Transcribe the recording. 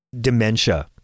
Dementia